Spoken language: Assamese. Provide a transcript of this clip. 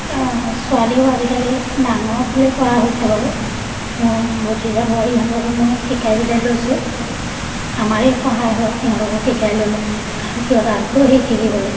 ছোৱালীও আজিকালি ডাঙৰ ফুলেই পৰা হৈছে বাৰু মোৰ ভতিজাবোৱাৰীহঁতকো মই শিকাই বুজাই লৈছোঁ আমাৰেই সহায় হয় সিহঁতকো শিকাই ল'লে কাৰণ সিহঁত আগ্ৰহী শিকিবলৈ